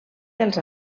dels